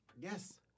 Yes